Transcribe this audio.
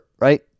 right